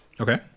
Okay